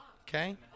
Okay